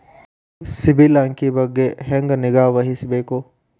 ಸಿಬಿಲ್ ಅಂಕಿ ಬಗ್ಗೆ ಹೆಂಗ್ ನಿಗಾವಹಿಸಬೇಕು?